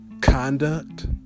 conduct